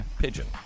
pigeon